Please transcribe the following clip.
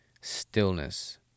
stillness